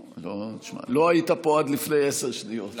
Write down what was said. תשמע, לא היית פה עד לפני עשר שניות.